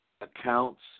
accounts